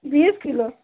बीस किलो